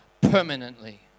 permanently